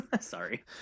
sorry